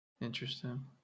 Interesting